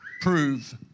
prove